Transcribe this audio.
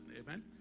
Amen